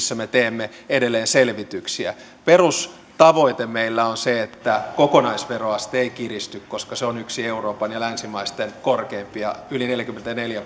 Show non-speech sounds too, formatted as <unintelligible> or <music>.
kysymyksissä me teemme edelleen selvityksiä perustavoite meillä on se että kokonaisveroaste ei kiristy koska se on yksi euroopan ja länsimaiden korkeimpia yli neljäkymmentäneljä <unintelligible>